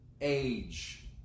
age